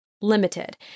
limited